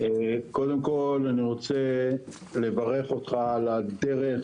קודם כל אני רוצה לברך אותך על הדרך